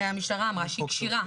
הרי המשטרה אמרה שהיא כשירה.